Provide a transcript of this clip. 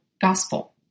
gospel